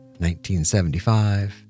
1975